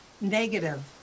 negative